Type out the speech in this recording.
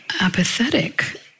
apathetic